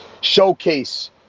showcase